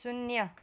शून्य